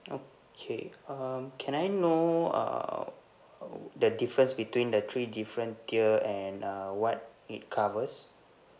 okay um can I know err the difference between the three different tier and uh what it covers